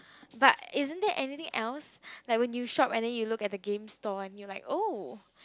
but it isn't any thing else like when you shop and then you look at the game store and you will like oh